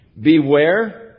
Beware